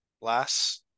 last